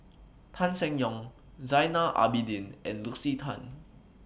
Tan Seng Yong Zainal Abidin and Lucy Tan